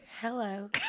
hello